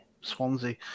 Swansea